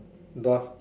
dwarf